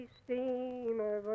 steamer